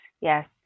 yes